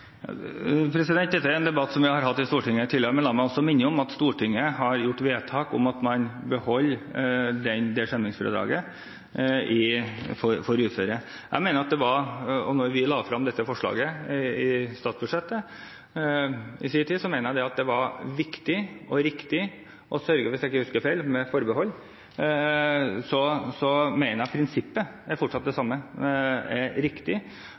Dette er en debatt som vi har hatt i Stortinget tidligere. Men la meg også minne om at Stortinget har gjort vedtak om at man beholder det skjermingsfradraget for uføre. Da vi la frem dette forslaget i statsbudsjettet i sin tid, mente jeg – med forbehold om at jeg ikke husker feil – at prinsippet fortsatt er det samme, at det er riktig at det ikke må være sånn at de som jobber til de er